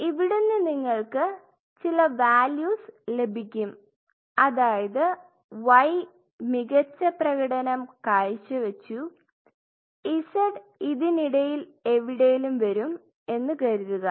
ഇവിടുന്ന് നിങ്ങൾക്ക് ചില വാല്യൂസ് ലഭിക്കും അതായത് y മികച്ച പ്രകടനം കാഴ്ചവെച്ചു z ഇതിനിടയിൽ എവിടേലും വരും എന്നു കരുതുക